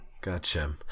Gotcha